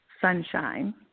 Sunshine